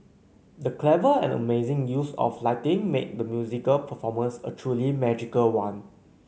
the clever and amazing use of lighting made the musical performance a truly magical one